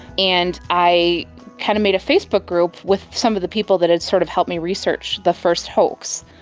and i kind of made a facebook group with some of the people that had sort of helped me research the first hoax,